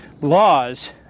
laws